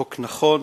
חוק נכון,